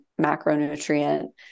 macronutrient